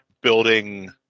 building